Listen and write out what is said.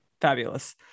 fabulous